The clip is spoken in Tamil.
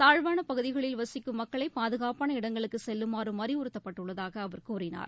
தாழ்வான பகுதிகளில் வசிக்கும் மக்களை பாதுகாப்பான இடங்களுக்கு செல்லுமாறும் அறிவுறுத்தப்பட்டுள்ளதாக அவர் கூறினார்